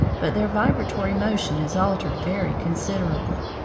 but their vibratory motion is altered very considerably.